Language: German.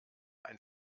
ein